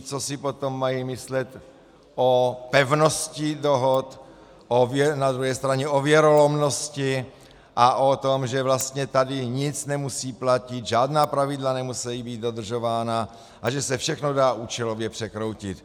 Co si potom mají myslet o pevnosti dohod, na druhé straně o věrolomnosti a o tom, že vlastně tady nic nemusí platit, žádná pravidla nemusejí být dodržována a že se všechno dá účelově překroutit?